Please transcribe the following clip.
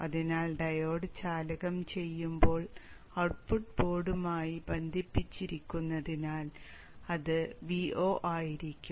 അതിനാൽ ഡയോഡ് ചാലകം ചെയ്യുമ്പോൾ ഔട്ട്പുട്ട് ബോർഡുമായി ബന്ധിപ്പിച്ചിരിക്കുന്നതിനാൽ അത് Vo ആയിരിക്കും